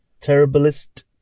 terriblest